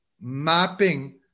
mapping